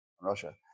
Russia